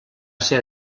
ser